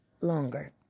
longer